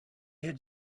had